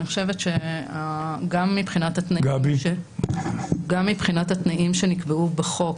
אני חושבת שגם מבחינת התנאים שנקבעו בחוק,